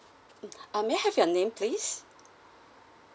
mm uh may I have your name please